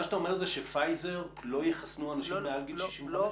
מה שאתה אומר הוא שפייזר לא יחסנו אנשים מעל גיל 65?